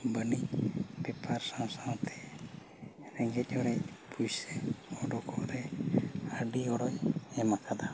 ᱵᱟᱹᱱᱤᱡ ᱵᱮᱯᱟᱨ ᱥᱟᱣ ᱥᱟᱣᱛᱮ ᱨᱮᱸᱜᱮᱡ ᱚᱨᱮᱡ ᱚᱰᱚᱠᱚᱜ ᱨᱮ ᱟᱹᱰᱤ ᱜᱚᱲᱚᱭ ᱮᱢ ᱟᱠᱟᱫᱟ